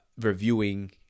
reviewing